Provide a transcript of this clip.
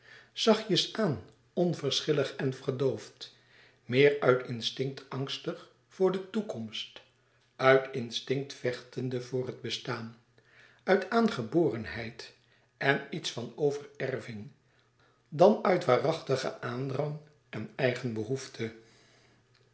zachtjes aan onverschillig en verdoofd meer uit instinct angstig voor de toekomst uit instinct vechtende voor het bestaan uit aangeborenheid en iets van overerving dan uit waarachtigen aandrang en eigen behoefte